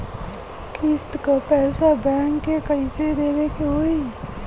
किस्त क पैसा बैंक के कइसे देवे के होई?